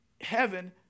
heaven